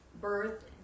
birth